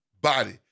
body